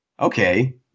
Okay